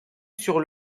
sur